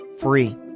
free